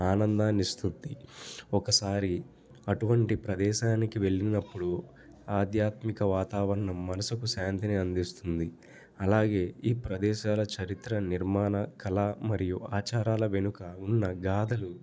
ఆనందాన్నిస్తుంది ఒకసారి అటువంటి ప్రదేశానికి వెళ్ళినప్పుడు ఆధ్యాత్మిక వాతావరణం మనసుకు శాంతిని అందిస్తుంది అలాగే ఈ ప్రదేశాల చరిత్ర నిర్మాణ కళ మరియు ఆచారాల వెనుక ఉన్న గాధలు